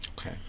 Okay